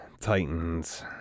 Titans